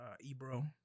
Ebro